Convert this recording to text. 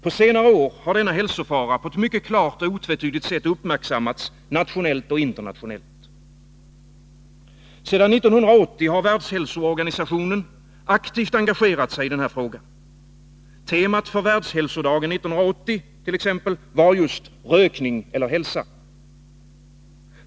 På senare år har denna hälsofara på ett mycket klart och otvetydigt sätt uppmärksammats nationellt och internationellt. Sedan 1980 har Världshälsoorganisationen aktivt engagerat sig i denna fråga. Temat för världshälsodagen 1980 var just ”Rökning eller hälsa”.